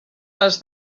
les